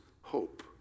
hope